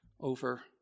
over